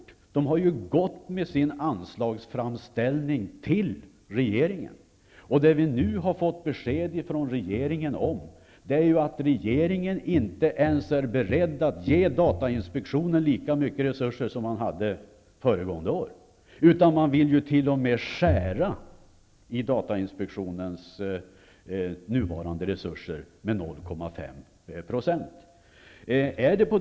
Datainspektionen har gått in med sin anslagsframställning till regeringen och har nu fått beskedet att regeringen inte ens är beredd att ge datainspektionen lika mycket resurser som den hade föregående år, utan man vill t.o.m. skära i datainspektionens nuvarande resurser med 0,5 %.